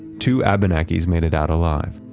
two abenakis made it out alive.